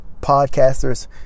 podcasters